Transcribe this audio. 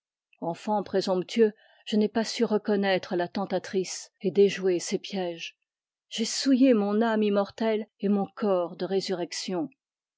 enfant présomptueux je n'ai pas su reconnaître la tentatrice et déjouer ses pièges j'ai souillé mon âme immortelle et mon corps de résurrection